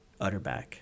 Utterback